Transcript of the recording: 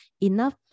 enough